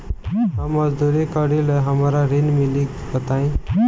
हम मजदूरी करीले हमरा ऋण मिली बताई?